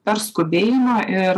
per skubėjimą ir